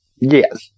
Yes